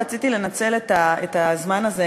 רציתי לנצל את הזמן הזה,